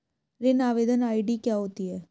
ऋण आवेदन आई.डी क्या होती है?